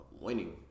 winning